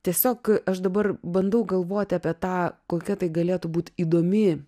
tiesiog aš dabar bandau galvoti apie tą kokia tai galėtų būt įdomi